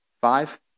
five